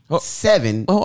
seven